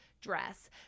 dress